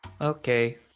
Okay